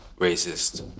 racist